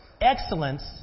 Excellence